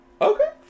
Okay